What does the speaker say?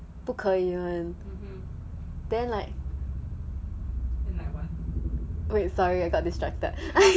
不可以 and then like wait sorry I got distracted